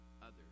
others